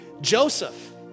Joseph